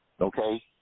okay